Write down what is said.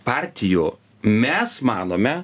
partijų mes manome